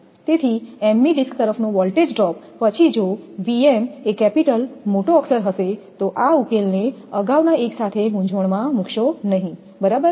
તેથી m મી disk તરફનો વોલ્ટેજ ડ્રોપ પછી જો v m એ કેપિટલ મોટો અક્ષર હશે તો આ ઉકેલને અગાઉના એક સાથે મૂંઝવણમાં ન મૂકશો બરાબર